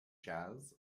jazz